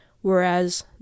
whereas